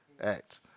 act